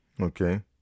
Okay